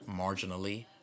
marginally